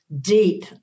deep